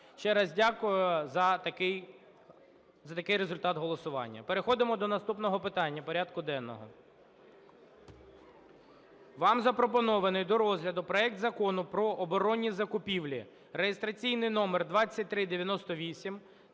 Ще раз дякую за такий результат голосування. Переходимо до наступного питання порядку денного. Вам запропонований до розгляду проект Закону про оборонні закупівлі (реєстраційний номер 2398)